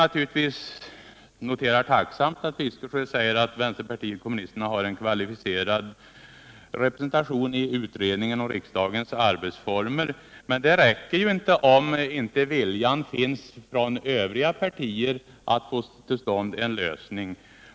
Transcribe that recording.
Jag noterar tacksamt att Bertil Fiskesjö säger att vänsterpartiet kommunisterna har en kvalificerad representation i utredningen om riksdagens arbetsformer, men det räcker ju inte om inte viljan finns hos övriga partier att få till stånd en lösning.